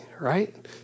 right